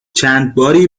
چندباری